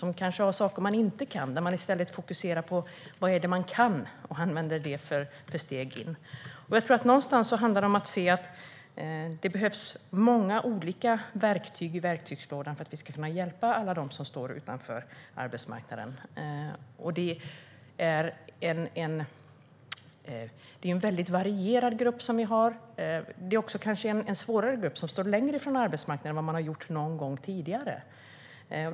Det kanske finns saker de inte kan, men man fokuserar i stället på vad det är de kan och använder det för att hjälpa dem in. Jag tror att det handlar om att se att det behövs många olika verktyg i verktygslådan för att vi ska kunna hjälpa alla dem som står utanför arbetsmarknaden. Det är en väldigt varierad grupp och kanske också en svårare grupp, som står längre från arbetsmarknaden än vad som varit fallet någon gång tidigare.